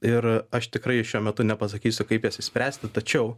ir aš tikrai šiuo metu nepasakysiu kaip jas išspręsti tačiau